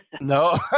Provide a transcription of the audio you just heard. No